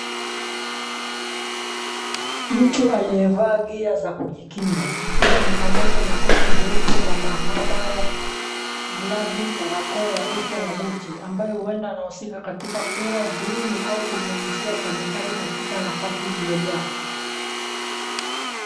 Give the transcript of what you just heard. Mtu aliyevaa gear za kujikinga. lkiwa ni pamoja na koti jeupe la mahabara, glavu, barakoa ya uso na buti ambaye huenda anahusika katika kuua viini, au kunyunyizia kemikali katika nafasi iliyojaa.